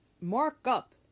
markup